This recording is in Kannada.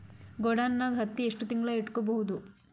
ಗೊಡಾನ ನಾಗ್ ಹತ್ತಿ ಎಷ್ಟು ತಿಂಗಳ ಇಟ್ಕೊ ಬಹುದು?